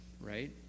right